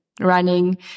running